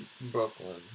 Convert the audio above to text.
Brooklyn